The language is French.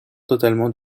totalement